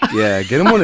yeah. get them one